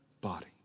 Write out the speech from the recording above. body